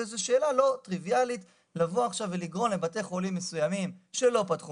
זו שאלה לא טריוויאלית לבוא ולגרום לבתי חולים מסוימים שלא פתחו